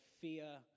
fear